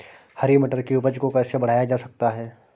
हरी मटर की उपज को कैसे बढ़ाया जा सकता है?